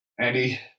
Andy